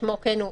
כשמו כן הוא,